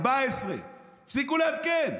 14. הפסיקו לעדכן.